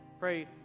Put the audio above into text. Pray